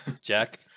Jack